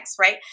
right